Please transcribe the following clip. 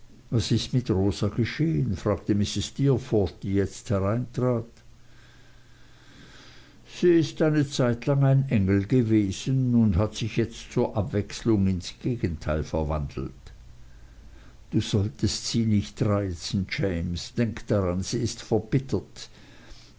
was ist mit rosa geschehen fragte mrs steerforth die jetzt hereintrat sie ist eine zeitlang ein engel gewesen und hat sich jetzt zur abwechslung ins gegenteil verwandelt du solltest sie nicht reizen james denk daran sie ist verbittert